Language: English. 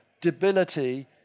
debility